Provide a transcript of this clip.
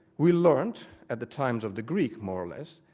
we learnt at the times of the greeks, more or less,